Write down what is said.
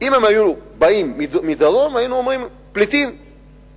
אם הם היו באים מהדרום היינו אומרים: מסתננים,